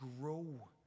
grow